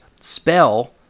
spell